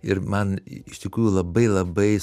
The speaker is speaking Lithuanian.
ir man iš tikrųjų labai labai